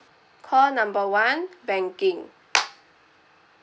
call number one banking